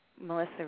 Melissa